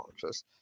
conscious